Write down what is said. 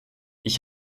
ich